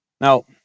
Now